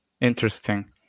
Interesting